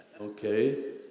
Okay